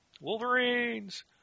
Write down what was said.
Wolverines